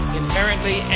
inherently